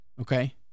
Okay